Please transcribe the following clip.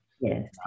yes